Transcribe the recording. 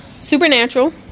Supernatural